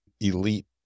elite